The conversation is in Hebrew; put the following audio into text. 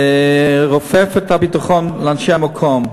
לרופף את הביטחון לאנשי המקום,